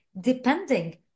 depending